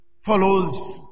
follows